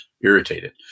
irritated